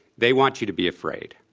they want you to be afraid.